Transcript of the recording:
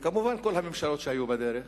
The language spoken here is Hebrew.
וכמובן כל הממשלות שהיו בדרך,